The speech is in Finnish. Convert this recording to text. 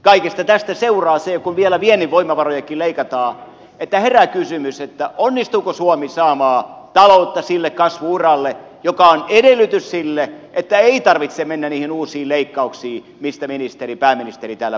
kaikesta tästä seuraa se kun vielä viennin voimavarojakin leikataan että herää kysymys onnistuuko suomi saamaan taloutta sille kasvu uralle joka on edellytys sille että ei tarvitse mennä niihin uusiin leikkauksiin joista pääministeri täällä puhui